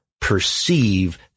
perceive